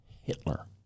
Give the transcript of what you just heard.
Hitler